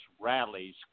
rallies